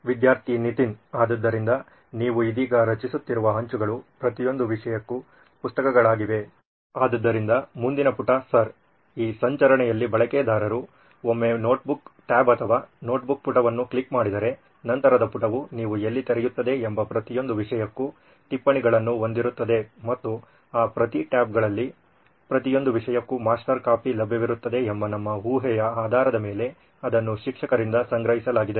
ವಿದ್ಯಾರ್ಥಿ ನಿತಿನ್ ಆದ್ದರಿಂದ ನೀವು ಇದೀಗ ರಚಿಸುತ್ತಿರುವ ಅಂಚುಗಳು ಪ್ರತಿಯೊಂದು ವಿಷಯಕ್ಕೂ ಪುಸ್ತಕಗಳಾಗಿವೆ ಆದ್ದರಿಂದ ಮುಂದಿನ ಪುಟ ಸರ್ ಈ ಸಂಚರಣೆಯಲ್ಲಿ ಬಳಕೆದಾರರು ಒಮ್ಮೆ ನೋಟ್ಬುಕ್ ಟ್ಯಾಬ್ ಅಥವಾ ನೋಟ್ಬುಕ್ ಪುಟದಲ್ಲಿ ಕ್ಲಿಕ್ ಮಾಡಿದರೆ ನಂತರದ ಪುಟವು ನೀವು ಎಲ್ಲಿ ತೆರೆಯುತ್ತದೆ ಎಂಬ ಪ್ರತಿಯೊಂದು ವಿಷಯಕ್ಕೂ ಟಿಪ್ಪಣಿಗಳನ್ನು ಹೊಂದಿರುತ್ತದೆ ಮತ್ತು ಆ ಪ್ರತಿ ಟ್ಯಾಬ್ಗಳಲ್ಲಿ ಪ್ರತಿಯೊಂದು ವಿಷಯಕ್ಕೂ ಮಾಸ್ಟರ್ ಕಾಪಿ ಲಭ್ಯವಿರುತ್ತದೆ ಎಂಬ ನಮ್ಮ ಊಹೆಯ ಆಧಾರದ ಮೇಲೆ ಅದನ್ನು ಶಿಕ್ಷಕರಿಂದ ಸಂಗ್ರಹಿಸಲಾಗಿದೆ